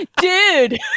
Dude